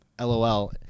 LOL